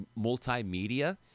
Multimedia